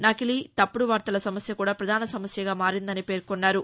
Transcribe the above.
నకిలీ తప్పుడు వార్తల సమస్య కూడా ప్రదాన సమస్యగా మారిందని పేర్కొన్నారు